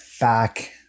back